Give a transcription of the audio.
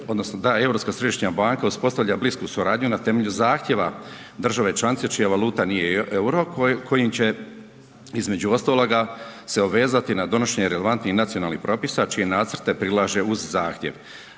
odnosno da Europska središnja banka uspostavlja blisku suradnju na temelju zahtjeva države članice čija valuta nije EUR-o kojim će između ostaloga se obvezati na donošenje relevantnih nacionalnih propisa čije nacrte prilaže uz zahtjev,